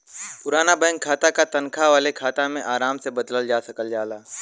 पुराना बैंक खाता क तनखा वाले खाता में आराम से बदलल जा सकल जाला